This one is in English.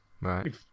right